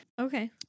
Okay